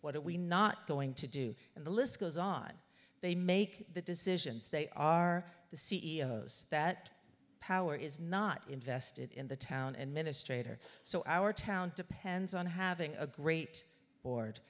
what are we not going to do and the list goes on they make the decisions they are the c e o that power is not invested in the town administrators so our town depends on having a great board